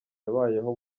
yabayeho